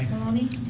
maloney?